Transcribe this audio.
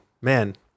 man